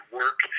work